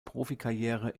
profikarriere